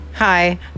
Hi